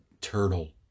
turtle